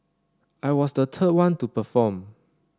I was the third one to perform